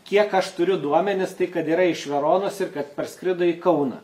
kiek aš turiu duomenis tai kad yra iš veronos ir kad parskrido į kauną